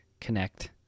connect